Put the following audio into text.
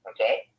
okay